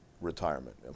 retirement